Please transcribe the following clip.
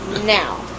Now